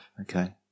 okay